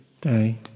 day